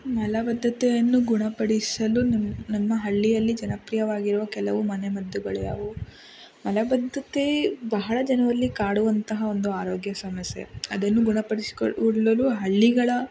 ಮಲಬದ್ದತೆಯನ್ನು ಗುಣಪಡಿಸಲು ನಿಮ್ಮ ನಮ್ಮ ಹಳ್ಳಿಯಲ್ಲಿ ಜನಪ್ರಿಯವಾಗಿರುವ ಕೆಲವು ಮನೆ ಮದ್ದುಗಳು ಯಾವುವು ಮಲಬದ್ಧತೆ ಬಹಳ ಜನರಲ್ಲಿ ಕಾಡುವಂತಹ ಒಂದು ಆರೋಗ್ಯ ಸಮಸ್ಯೆ ಅದನ್ನು ಗುಣಪಡಿಸಿಕೊಳ್ಳಲು ಹಳ್ಳಿಗಳ